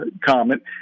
comment